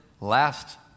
last